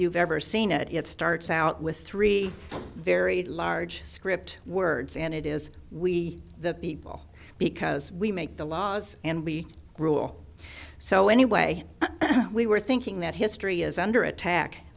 you've ever seen it it starts out with three very large script words and it is we the people because we make the laws and we rule so anyway we were thinking that history is under attack